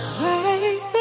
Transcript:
baby